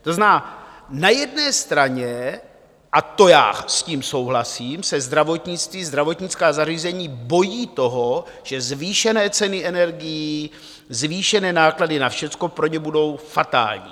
To znamená, na jedné straně, a to já s tím souhlasím, se zdravotnictví, zdravotnická zařízení bojí toho, že zvýšené ceny energií, zvýšené náklady na všecko pro ně budou fatální.